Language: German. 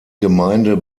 gemeinde